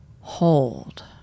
Hold